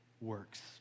works